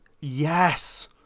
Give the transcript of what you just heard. Yes